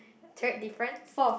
third difference